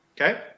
Okay